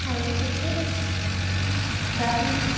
hello sister good afternoon